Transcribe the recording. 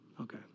Okay